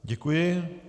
Děkuji.